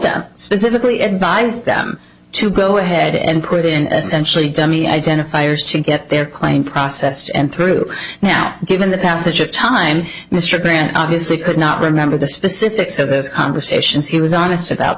them specifically advise them to go ahead and put in a century dummy identifiers to get their claim processed and through now given the passage of time mr grant obviously could not remember the specifics of this conversations he was honest about